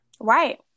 Right